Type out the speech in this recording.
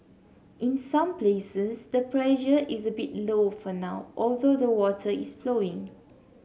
in some places the pressure is a bit low for now although the water is flowing